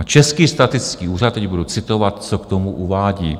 Český statický úřad, teď budu citovat, co k tomu uvádí: